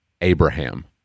Abraham